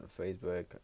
Facebook